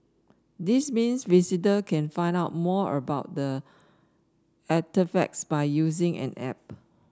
this means visitor can find out more about the artefacts by using an app